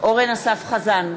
אורן אסף חזן,